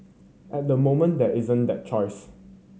at the moment there isn't that choice